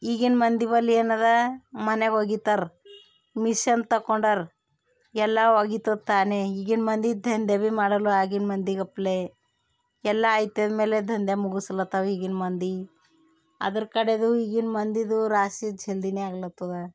ಈಗಿನ ಮಂದಿ ಬಳಿ ಏನು ಅದ ಮನೆಗೆ ಒಗಿತಾರ ಮಿಷನ್ ತೊಕೊಂಡಾರ ಎಲ್ಲ ಒಗಿತದೆ ತಾನೆ ಈಗಿನ ಮಂದಿ ದಂಧೆ ಭೀ ಮಾಡೊಲ್ಲರು ಆಗಿನ ಮಂದಿಗಪ್ಲೆ ಎಲ್ಲ ಆಯ್ತಂದ ಮೇಲೆ ದಂಧೆ ಮುಗುಸ್ಲತ್ತಾವ ಈಗಿನ ಮಂದಿ ಅದರ ಕಡೆದು ಈಗಿನ ಮಂದಿದು ರಾಶಿ ಜಲ್ದಿನೇ ಆಗ್ಲತ್ತದ